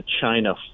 China